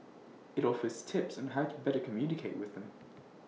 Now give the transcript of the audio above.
IT offers tips on how to better communicate with them